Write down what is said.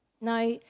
Now